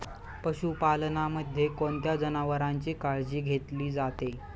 पशुपालनामध्ये कोणत्या जनावरांची काळजी घेतली जाते?